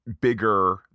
bigger